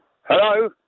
Hello